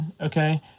Okay